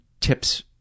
tips